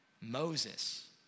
Moses